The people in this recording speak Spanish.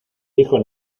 dijo